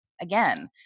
again